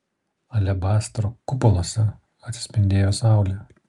alebastro kupoluose atsispindėjo saulė